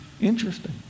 Interesting